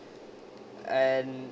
and